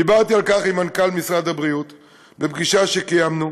דיברתי על כך עם מנכ"ל משרד הבריאות בפגישה שקיימנו,